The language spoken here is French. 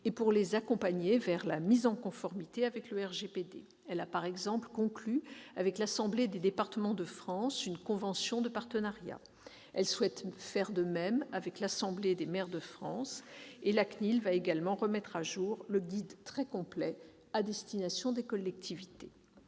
et pour les accompagner dans leur mise en conformité avec le RGPD. Elle a, par exemple, conclu avec l'Assemblée des départements de France une convention de partenariat et souhaite faire de même avec l'Assemblée des maires de France, l'AMF. De plus, la CNIL va remettre à jour le guide très complet à destination des collectivités.